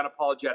unapologetic